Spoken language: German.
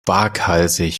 waghalsig